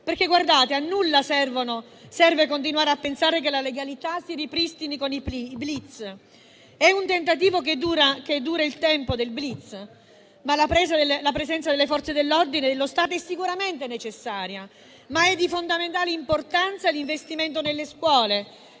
serve infatti continuare a pensare che la legalità si ripristini con i *blitz*. È un tentativo che dura il tempo del *blitz*, ma la presenza delle Forze dell'ordine e dello Stato è sicuramente necessaria. È però altresì di fondamentale importanza l'investimento nelle scuole,